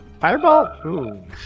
fireball